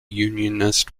unionist